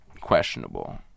questionable